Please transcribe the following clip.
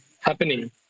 happening